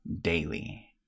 daily